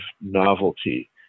novelty